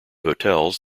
hotels